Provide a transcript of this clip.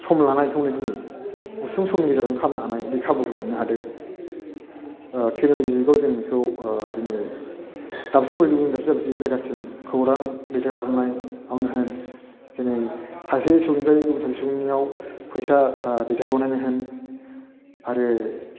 सम लानायखौनो दिनै गुसुं समनि गेजेरावनो खालामनो हानाय बे खाबुखौ मोननो हादों टेकन'ल'जि जुगाव जों बेखौ दिनै दाबसे जागानिफ्राय दाबसे जायगासिम खौरां दैथाय हरनायावनो होन जेनै सासे सुबुंनिफ्राय दस्रा सुबुंनियाव फैसा दैथाय हरनायानो होन आरो